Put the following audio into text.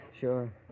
Sure